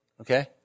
Okay